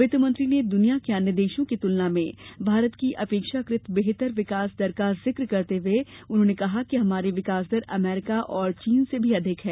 वित्त मंत्री ने दुनिया के अन्य देशों की तुलना में भारत की अपेक्षाकृत बेहतर विकास दर का जिक्र करते हुए उन्होंने कहा कि हमारी विकास दर अमरीका और चीन से भी अधिक है